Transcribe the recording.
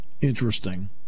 interesting